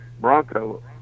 Bronco